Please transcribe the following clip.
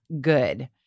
good